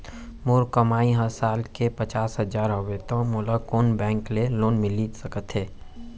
मोर कमाई ह साल के पचास हजार हवय त मोला कोन बैंक के लोन मिलिस सकथे?